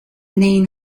name